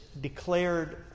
declared